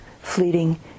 fleeting